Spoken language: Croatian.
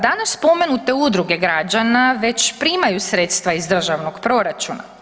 Danas spomenute udruge građana već primaju sredstva iz državnog proračuna.